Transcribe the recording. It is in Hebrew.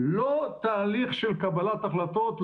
לא תהליך של קבלת החלטות,